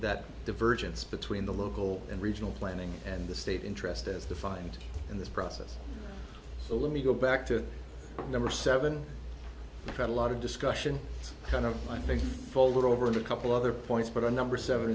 that divergence between the local and regional planning and the state interest as defined in this process so let me go back to number seven had a lot of discussion kind of i think folded over a couple other points but the number seven